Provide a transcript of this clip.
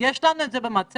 יש לנו את זה במצגת?